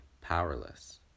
powerless